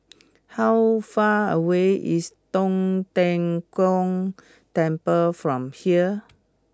how far away is Tong Tien Kung Temple from here